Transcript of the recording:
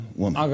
woman